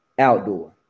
outdoor